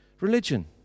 Religion